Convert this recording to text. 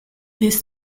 this